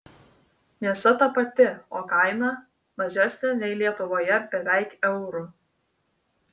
mėsa ta pati o kaina mažesnė nei lietuvoje beveik euru